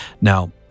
Now